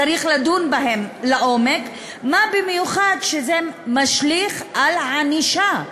צריך לדון בהם לעומק, במיוחד כשזה משליך על ענישה.